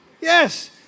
yes